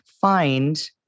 find